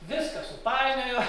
viską supainiojo